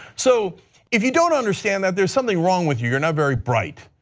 so if you don't understand that, there is something wrong with you, you are not very bright.